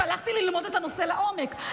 שהלכתי ללמוד את הנושא לעומק,